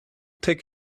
take